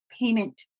payment